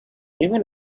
anyone